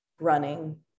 running